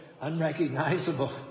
unrecognizable